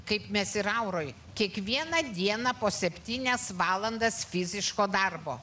kaip mes ir auroj kiekvieną dieną po septynias valandas fiziško darbo